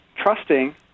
trusting